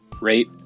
rate